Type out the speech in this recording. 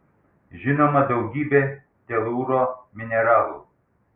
žinoma daugybė telūro mineralų